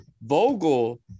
Vogel